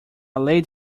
laid